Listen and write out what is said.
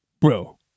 Bro